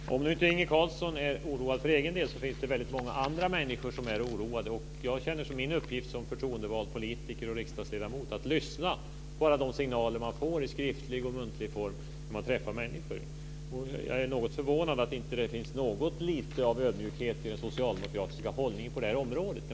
Fru talman! Om nu inte Inge Carlsson är oroad för egen del finns det väldigt många andra människor som är oroade. Jag känner som min uppgift som förtroendevald politiker och riksdagsledamot att lyssna på alla de signaler jag får i skriftlig och muntlig form när jag träffar människor. Jag är något förvånad att det inte finns något lite av ödmjukhet i den socialdemokratiska hållningen på detta område.